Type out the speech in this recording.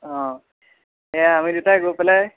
অঁ সেয়া আমি দুটাই গৈ পেলাই